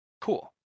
Cool